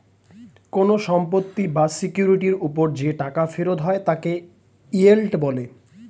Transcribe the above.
কোন সম্পত্তি বা সিকিউরিটির উপর যে টাকা ফেরত হয় তাকে ইয়েল্ড বলে